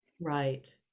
right